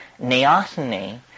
Neoteny